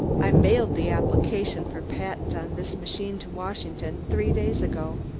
i mailed the application for patent on this machine to washington three days ago.